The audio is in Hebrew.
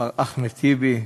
מר אחמד טיבי,